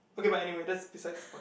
okay but anyway that's besides the point